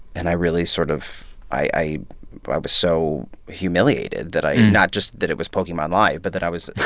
and i really sort of i i was so humiliated that i not just that it was pokemon live. but that i was